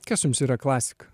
kas jums yra klasika